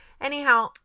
Anyhow